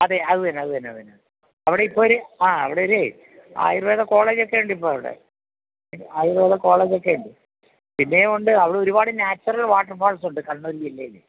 അതേ അതുതന്നെ അതു തന്നെ അതു തന്നെ അവിടെ ഇപ്പോൾ ഒരു ആ അവിടെ ഒരു ആയുർവേദ കോളേജൊക്കെ ഉണ്ട് ഇപ്പം അവിടെ ആയുർവേദ കോളേജൊക്കെ ഉണ്ട് പിന്നേ ഉണ്ട് അവിടെ ഒരുപാട് നാച്ചൊറൽ വാട്ടർ ഫാൾസുണ്ട് കണ്ണൂർ ജില്ലയിൽ